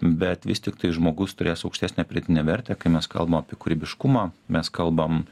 bet vis tiktai žmogus turės aukštesnę pridėtinę vertę kai mes kalbam apie kūrybiškumą mes kalbam